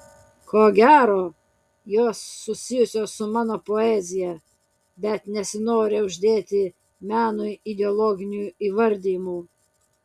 ko gero jos susijusios su mano poezija bet nesinori uždėti menui ideologinių įvardijimų